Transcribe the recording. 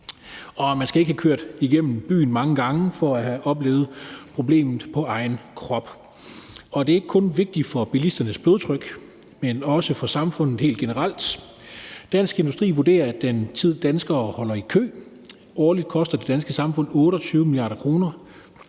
Man skal ikke have kørt igennem byen mange gange for at have oplevet problemet på egen krop. Det er ikke kun vigtigt for bilisternes blodtryk, men også for samfundet helt generelt. Dansk Industri vurderer, at den tid, danskere holder i kø, årligt koster det danske samfund 28 mia. kr.